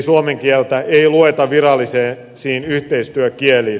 suomen kieltähän ei lueta virallisiin yhteistyökieliin